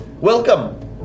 Welcome